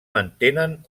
mantenen